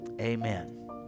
Amen